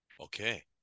okay